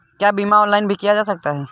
क्या बीमा ऑनलाइन भी किया जा सकता है?